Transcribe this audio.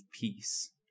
peace